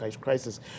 crisis